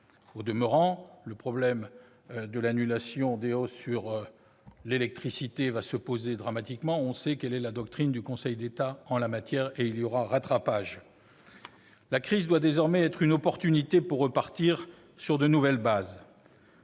Au demeurant, le problème de l'annulation des hausses sur l'électricité va se poser dramatiquement ; on sait quelle est la doctrine du Conseil d'État en la matière, et il y aura rattrapage. La crise doit désormais offrir l'occasion de repartir sur de nouvelles bases.